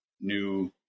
new